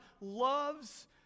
loves